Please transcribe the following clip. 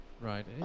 right